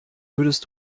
würdest